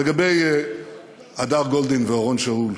לגבי הדר גולדין ואורון שאול,